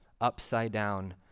upside-down